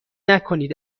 نکنید